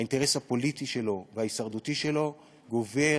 האינטרס הפוליטי וההישרדותי שלו גובר